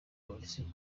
polisi